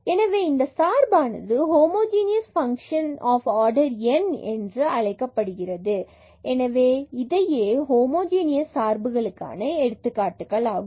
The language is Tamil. எனவே இந்த சார்பானது ஹோமோஜனியஸ் பங்க்ஷன் ஆர்டர் n என்று அழைக்கப்படுகிறது எனவே இதையே ஹோமோஜீனியஸ் சார்புகளுக்கான எடுத்துக்காட்டுகளாகும்